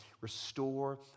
restore